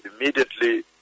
immediately